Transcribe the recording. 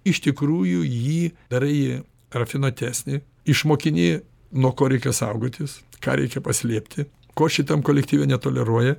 iš tikrųjų jį darai rafinuotesnį išmokini nuo ko reikia saugotis ką reikia paslėpti ko šitam kolektyve netoleruoji